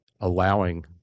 allowing